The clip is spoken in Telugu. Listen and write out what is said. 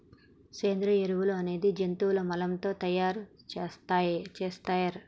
సేంద్రియ ఎరువులు అనేది జంతువుల మలం తో తయార్ సేత్తర్